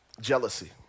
jealousy